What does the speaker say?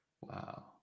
Wow